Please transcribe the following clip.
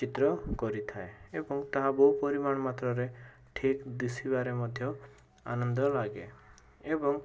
ଚିତ୍ର କରିଥାଏ ଏବଂ ତାହା ବହୁ ପରିମାଣ ମାତ୍ରରେ ଠିକ୍ ଦିଶିବାରେ ମଧ୍ୟ ଆନନ୍ଦ ଲାଗେ ଏବଂ